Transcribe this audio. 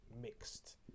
mixed